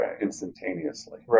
instantaneously